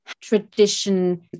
tradition